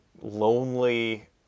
lonely